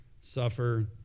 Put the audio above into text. suffer